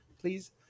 please